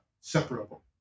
separable